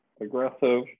aggressive